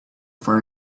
for